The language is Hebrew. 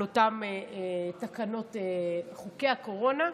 על אותן תקנות חוקי הקורונה,